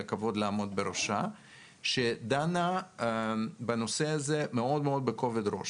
הכבוד לעמוד בראשה שדנה בנושא הזה בכובד ראש.